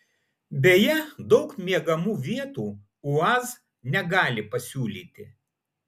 beje daug miegamų vietų uaz negali pasiūlyti